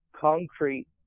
concrete